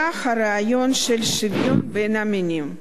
היה הרעיון של שוויון בין המינים.